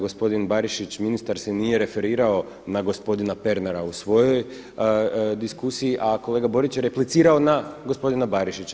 Gospodin Barišić ministar se nije referirao na gospodina Pernara u svojoj diskusiji, a kolega Borić je replicirao na gospodina Barišića.